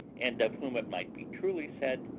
and of whom it might be truly said,